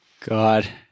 god